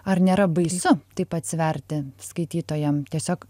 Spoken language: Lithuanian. ar nėra baisu taip atsiverti skaitytojam tiesiog